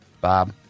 bob